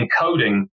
encoding